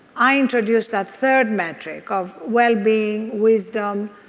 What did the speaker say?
i introduced that third metric of wellbeing, wisdom,